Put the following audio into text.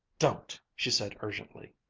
don't! she said urgently.